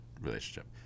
relationship